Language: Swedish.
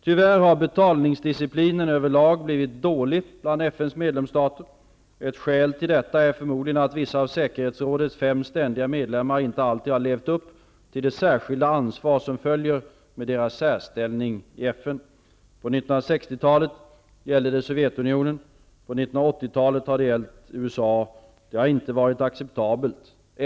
Tyvärr har betalningsdisciplinen överlag blivit dålig bland FN:s medlemsstater. Ett skäl till detta är förmodligen att vissa av säkerhetsrådets fem ständiga medlemmar inte alltid har levt upp till det särskilda ansvar som följer med deras särställning i FN. På 1960-talet gällde det Sovjetunionen, på 1980-talet USA. Detta är oacceptabelt.